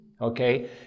okay